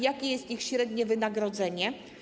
Jakie jest ich średnie wynagrodzenie?